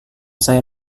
saya